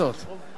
בכל אופן,